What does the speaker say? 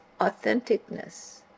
authenticness